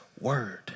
word